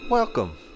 Welcome